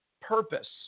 purpose